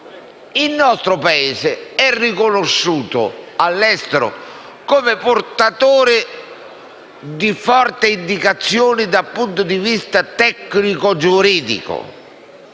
il nostro Paese è riconosciuto all'estero come portatore di forti indicazioni dal punto di vista tecnico-giuridico,